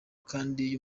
kandi